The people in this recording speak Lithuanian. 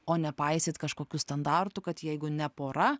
o ne paisyt kažkokių standartų kad jeigu ne pora